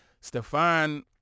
Stefan